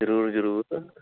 ਜ਼ਰੂਰ ਜ਼ਰੂਰ